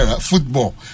football